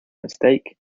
mistake